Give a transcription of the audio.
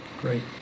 Great